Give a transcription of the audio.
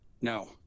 No